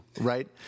right